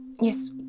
Yes